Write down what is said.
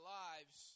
lives